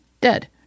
dead